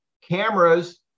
cameras